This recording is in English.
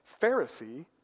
Pharisee